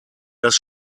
das